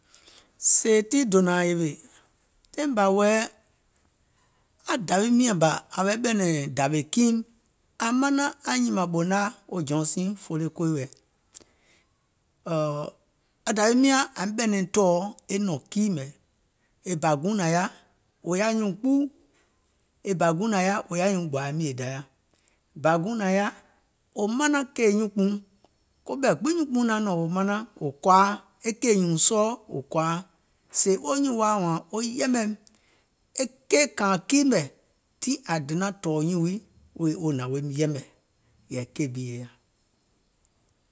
Sèè tii dònȧȧŋ yèwè, taìŋ bȧ wɛ̀i aŋ dàwiim nyȧŋ bȧ ȧŋ wɛ̀i ɓɛ̀nɛ̀ŋ dàwè kiim, ȧŋ maŋ aŋ nyìmȧŋ ɓòò nȧŋ yaȧ wo Johnson folley quaye wɛɛ̀, aŋ dàwiim nyaŋ ȧŋ ɓɛ̀nɛ̀ŋ tɔ̀ɔ e nɔ̀ŋ kii mɛ̀, e bȧ guùŋ nȧŋ yaȧ, wò yaȧ nyuùŋ kpuu, e bȧ guùŋ nȧŋ yaȧ wò yaȧ nyuùŋ gbòȧ mìè Dayȧ, e bȧ guùŋ nȧŋ yaȧ wò manaŋ kèè nyuùnkpùuŋ, koɓɛ̀ gbiŋ nyuùnkpùuŋ naŋ nɔ̀ŋ wo manaŋ wò kɔ̀ȧa, kèì nyùùŋ sɔɔ wò kɔ̀ȧa, sèè wo nyùùŋ woȧ wȧȧŋ wo yɛmɛ̀im e keì kȧȧìŋ kii mɛ̀ tiŋ ȧŋ donȧŋ tɔ̀ɔ̀ nyùùŋ wii wèè wo hnàŋ woim yɛmɛ̀ yɛ̀ì keì bi è yaȧ.